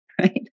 Right